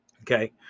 okay